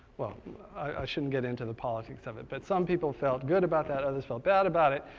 well i shouldn't get into the politics of it, but some people felt good about that, others felt bad about it.